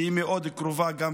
שהיא קרובה אליי מאוד,